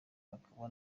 akaba